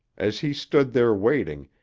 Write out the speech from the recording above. as he stood there waiting,